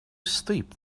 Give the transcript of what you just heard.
steep